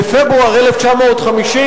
בפברואר 1950,